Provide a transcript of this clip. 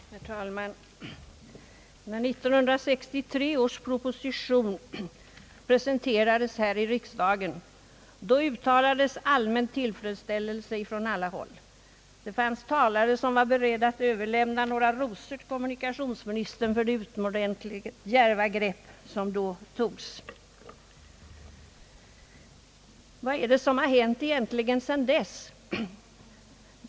Herr talman! När 1963 års proposition presenterades här i riksdagen uttalades tillfredsställelse från alla håll. Det fanns talare som var beredda att överlämna några rosor till kommunikationsministern för de utomordentligt djärva grepp som då togs. Vad är det egentligen som hänt sedan dess?